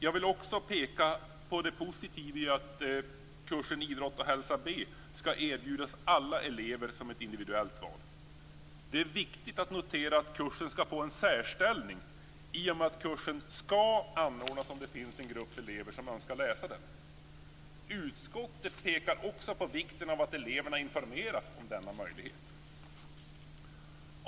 Jag vill också peka på det positiva i att kursen Idrott och hälsa B skall erbjudas alla elever som ett individuellt val. Det är viktigt att notera att kursen skall få en särställning i och med att en sådan kurs skall anordnas om det finns en grupp elever som önskar delta i den. Utskottet pekar också på vikten av att eleverna informeras om denna möjlighet.